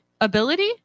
ability